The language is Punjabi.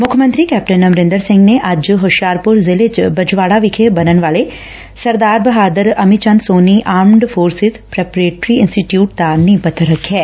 ਮੁੱਖ ਮੰਤਰੀ ਕੈਪਟਨ ਅਮਰਿੰਦਰ ਸਿੰਘ ਨੇ ਅੱਜ ਹੁਸ਼ਿਆਰਪੁਰ ਜ਼ਿਲ੍ਹੇ ਚ ਬਜਵਾੜਾ ਵਿਖੇ ਬਣਨ ਵਾਲੇ ਸਰਦਾਰ ਬਹਾਦਰ ਅਮੀ ਚੰਦ ਸੋਨੀ ਆਮਰਡ ਫੋਰਸਿਜ਼ ਪ੍ਰੈਪਰੇਟਰੀ ਇਸੰਟੀਚਿਊਟ ਦਾ ਨੀਹ ਪੱਬਰ ਰੱਖਿਐ